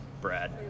Brad